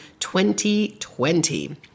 2020